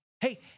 Hey